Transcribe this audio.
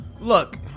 Look